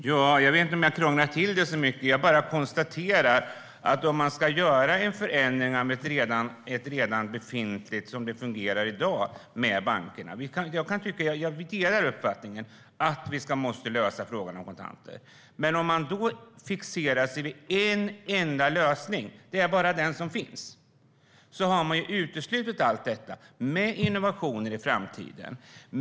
Herr talman! Jag vet inte om jag krånglar till det så mycket. Jag bara konstaterar att man nu ska göra en förändring av ett redan befintligt regelverk för bankerna. Jag delar uppfattningen att vi måste lösa frågan om kontanter. Men om man blir fixerad vid en enda lösning och tycker att det bara är den som finns har man uteslutit allt detta med innovationer i framtiden.